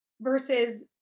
versus